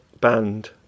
band